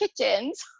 kitchens